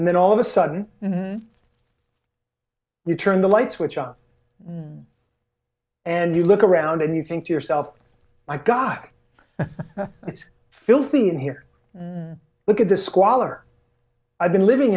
and then all of a sudden you turn the light switch off and you look around and you think to yourself my god it's filthy in here look at the squalor i've been living